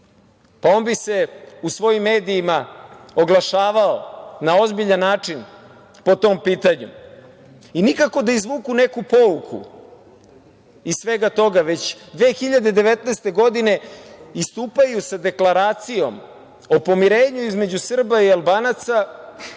pa on bi se u svojim medijima oglašavao na ozbiljan način po tom pitanju. I nikako da izvuku neku pouku iz svega toga, već 2019. godine istupaju sa deklaracijom o pomirenju između Srba i Albanaca